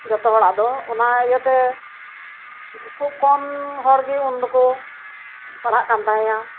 ᱡᱚᱛᱚ ᱦᱚᱲᱟᱜ ᱫᱚ ᱚᱱᱟ ᱤᱭᱟᱹᱛᱮ ᱠᱷᱩᱵᱽ ᱠᱚᱢ ᱦᱚᱲ ᱜᱮ ᱚᱱᱟ ᱫᱚᱠᱚ ᱯᱟᱲᱦᱟᱜ ᱠᱟᱱ ᱛᱟᱦᱮᱸᱜᱼᱟ